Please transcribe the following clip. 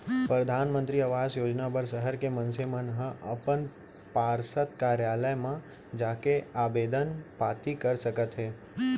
परधानमंतरी आवास योजना बर सहर के मनसे मन ह अपन पार्षद कारयालय म जाके आबेदन पाती कर सकत हे